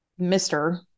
Mr